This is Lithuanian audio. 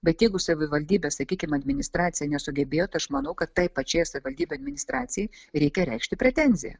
bet jeigu savivaldybė sakykim administracija nesugebėjo aš manau kad tai pačiai savivaldybių administracijai reikia reikšti pretenziją